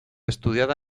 estudiada